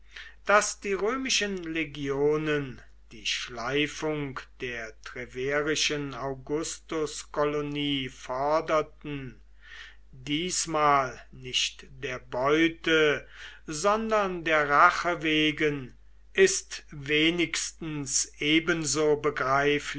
daß die römischen legionen die schleifung der treverischen augustuskolonie forderten diesmal nicht der beute sondern der rache wegen ist wenigstens ebenso